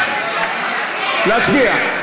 להצביע.